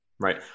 Right